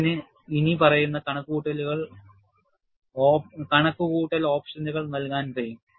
ഇതിന് ഇനിപ്പറയുന്ന കണക്കുകൂട്ടൽ ഓപ്ഷനുകൾ നൽകാൻ കഴിയും